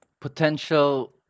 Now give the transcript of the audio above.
potential